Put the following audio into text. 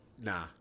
Nah